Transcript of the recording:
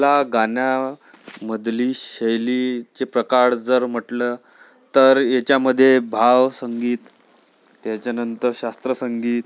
या गाण्यामधली शैलीचे प्रकार जर म्हटलं तर त्याच्यामध्ये भाव संगीत त्याच्यानंतर शास्त्र संगीत